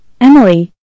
Emily